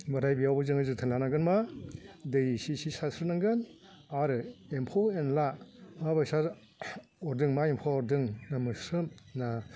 होमबाथाय बियावबो जोङो जोथोन लानांगोन मा दै एसे एसे एसे सारस्रोनांगोन आरो एम्फौ एन्ला माबायदि अरदों मा एम्फौ अरदों ना मोस्रोम ना